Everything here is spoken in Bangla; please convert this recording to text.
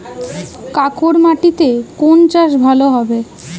কাঁকর মাটিতে কোন চাষ ভালো হবে?